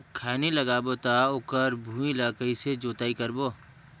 खैनी लगाबो ता ओकर भुईं ला कइसे जोताई करबो?